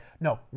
no